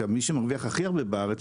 זה מי שמרוויח הכי הרבה בארץ,